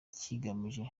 kigamije